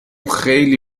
خیلی